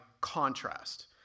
contrast